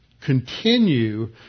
continue